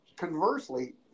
Conversely